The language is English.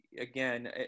again